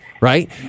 right